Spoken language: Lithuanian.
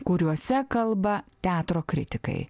kuriuose kalba teatro kritikai